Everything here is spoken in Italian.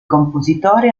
compositore